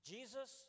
Jesus